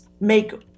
make